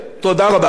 תודה רבה.